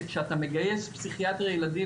שכאתה מגייס פסיכיאטר לילדים,